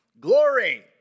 glory